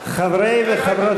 חברי וחברות